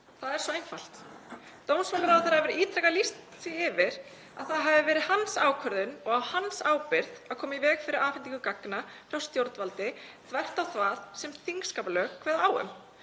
Það er svo einfalt. Dómsmálaráðherra hefur ítrekað lýst því yfir að það hafi verið hans ákvörðun og á hans ábyrgð að koma í veg fyrir afhendingu gagna frá stjórnvaldi, þvert á það sem þingskapalög kveða á um.